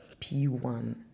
P1